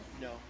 No